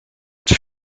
het